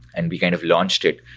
and we kind of launched it,